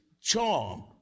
charm